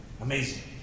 Amazing